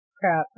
crap